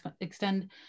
extend